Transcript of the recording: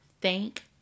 Thank